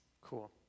Cool